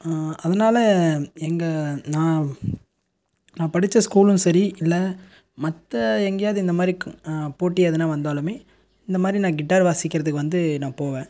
அதனால எங்கள் நான் நான் படித்த ஸ்கூலும் சரி இல்லை மற்ற எங்கேயாவது இந்த மாதிரி போட்டி எதுனால் வந்தாலுமே இந்த மாதிரி நான் கிட்டார் வாசிக்கிறதுக்கு வந்து நான் போவேன்